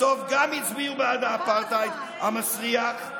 בסוף גם הצביעו בעד האפרטהייד המסריח,